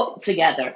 together